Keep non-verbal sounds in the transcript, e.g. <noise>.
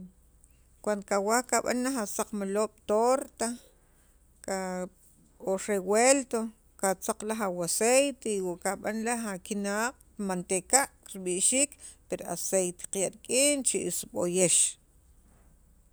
cuando kawaj kab'an asaqmaloob' torta ka o revuelto katzaq laj awaceite o kab'an laj akinaq' manteca rib'ixiik per aceite qaya' rik'in richi'iil seb'oyex <noise>